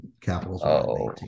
Capitals